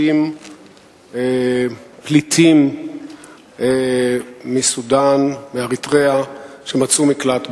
פליטים מסודן ומאריתריאה ומצאו מקלט בישראל.